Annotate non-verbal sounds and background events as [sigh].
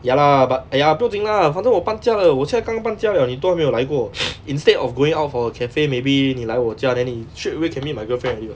ya lah but !aiya! 不用紧 lah 反正我搬家了我现在刚搬家 liao 你都还没有来过 [noise] instead of going out for a cafe maybe 你来我家 then 你 straight away can meet my girlfriend already what